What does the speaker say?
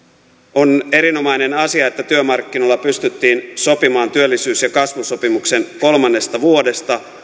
on erinomainen asia että työmarkkinoilla pystyttiin sopimaan työllisyys ja kasvusopimuksen kolmannesta vuodesta